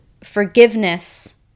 forgiveness